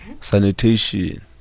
Sanitation